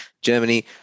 Germany